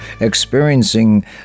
experiencing